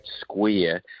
Square